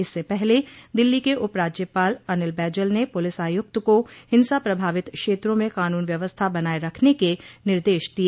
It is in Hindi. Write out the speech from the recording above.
इससे पहले दिल्ली के उप राज्यपाल अनिल बैजल ने पुलिस आयुक्त को हिंसा प्रभावित क्षेत्रों में कानून व्यवस्था बनाए रखने के निर्देश दिए